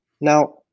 Now